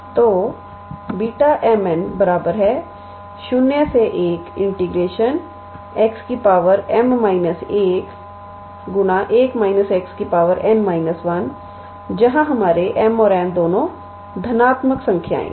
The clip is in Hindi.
तोB𝑚 𝑛 01 𝑥 𝑚−1 1 − 𝑥 𝑛−1 जहाँ हमारे m और n दोनों धनात्मक संख्याएँ हैं